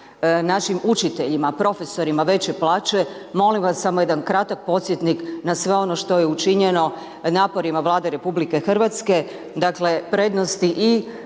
našim učiteljima, profesorima veće plaće molim vas samo jedan kratak podsjetnik na sve ono što je učinjeno naporima Vlade RH, dakle prednosti i